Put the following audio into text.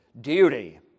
duty